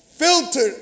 Filtered